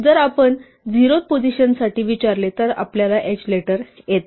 आणि जर आपण 0 व्या पोझिशनसाठी विचारले तर हे आपल्याला h लेटर येते